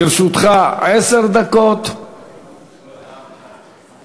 ההצעה לסדר תועבר לוועדת